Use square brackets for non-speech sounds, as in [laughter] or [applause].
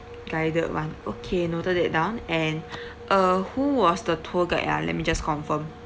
guided [one] okay noted that down and [breath] uh who was the tour guide ah let me just confirm